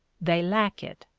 they lack it.